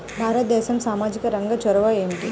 భారతదేశంలో సామాజిక రంగ చొరవ ఏమిటి?